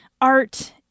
art